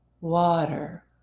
Water